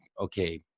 okay